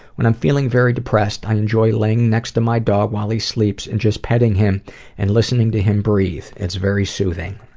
when i'm feeling very depressed i enjoy lying next to my dog while he sleeps and just petting him and listening to him breathe. it's very soothing.